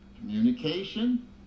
communication